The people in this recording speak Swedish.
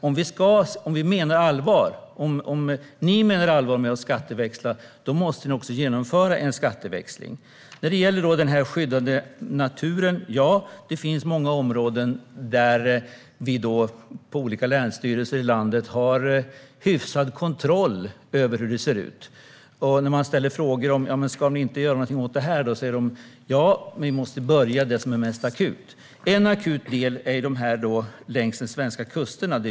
Om ni menar allvar med skatteväxling måste ni också genomföra den. Jag fick en fråga om skyddad natur. Det finns många områden där olika länsstyrelser i landet har hyfsad kontroll på hur det ser ut. När man ställer frågor om de inte ska göra något åt det ena eller andra svarar de att de måste börja med det som är mest akut. Ett akut område gäller de svenska kusterna.